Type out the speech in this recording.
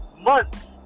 months